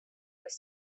with